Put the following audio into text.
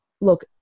look